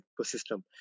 ecosystem